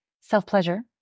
self-pleasure